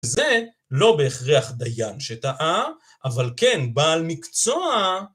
זה לא בהכרח דיין שטעה, אבל כן, בעל מקצוע.